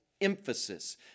emphasis